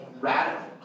radical